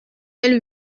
elle